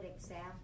example